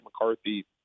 McCarthy